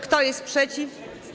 Kto jest przeciw?